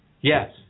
Yes